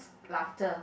laughter